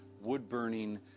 wood-burning